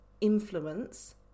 influence